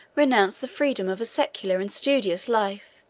renounced the freedom of a secular and studious life,